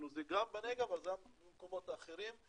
זה גם בנגב וגם במקומות אחרים.